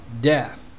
death